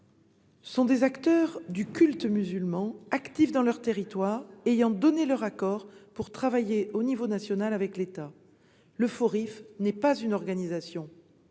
sont des acteurs du culte musulman, ... Lesquels ?... actifs dans leur territoire, ayant donné leur accord pour travailler au niveau national avec l'État. Le Forif n'est pas une organisation